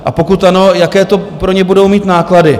A pokud ano, jaké to pro ně budou náklady?